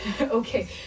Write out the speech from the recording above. okay